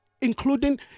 Including